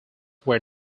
were